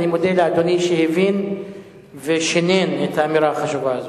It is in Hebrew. אני מודה לאדוני שהבין ושינן את האמירה החשובה הזאת,